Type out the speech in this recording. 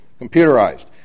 Computerized